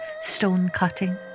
stone-cutting